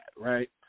right